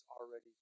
already